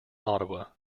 ottawa